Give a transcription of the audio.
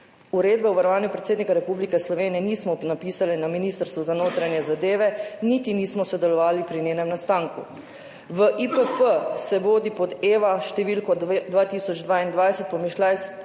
»Uredbe o varovanju predsednika Vlade Republike Slovenije nismo napisali na Ministrstvu za notranje zadeve niti nismo sodelovali pri njenem nastanku. V IPP se vodi pod EVA številko 2022-1511-007,